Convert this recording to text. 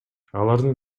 алардын